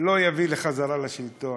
לא יביא לחזרה לשלטון.